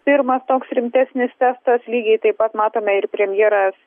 pirmas toks rimtesnis testas lygiai taip pat matome ir premjeras